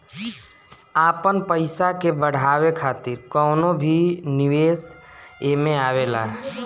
आपन पईसा के बढ़ावे खातिर कवनो भी निवेश एमे आवेला